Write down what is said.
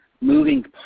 moving